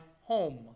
home